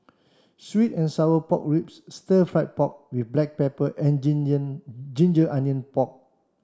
sweet and sour pork ribs stir fry pork with black pepper and ginger ginger onion pork